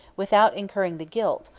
without incurring the guilt,